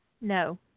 No